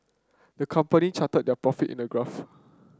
the company charted their profit in a graph